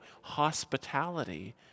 hospitality